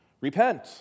Repent